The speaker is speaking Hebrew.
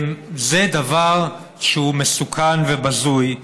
זה דבר שהוא מסוכן ובזוי.